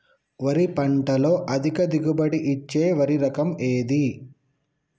వరి పంట లో అధిక దిగుబడి ఇచ్చే వరి రకం ఏది?